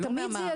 זה לא מהמערכת.